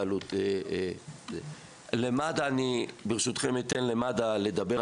בעניין מד"א, ברשותכם אני אתן למד"א לדבר.